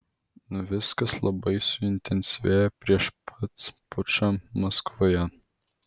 viskas labai suintensyvėjo prieš pat pučą maskvoje